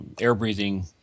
air-breathing